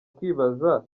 kwibaza